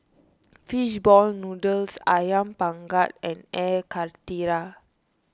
Fish Ball Noodles Ayam Panggang and Air Karthira